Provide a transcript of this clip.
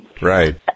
Right